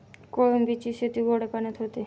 कोळंबीची शेती गोड्या पाण्यात होते